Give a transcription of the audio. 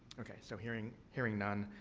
okay. so, hearing hearing none,